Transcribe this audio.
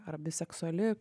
ar biseksuali